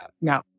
No